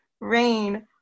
rain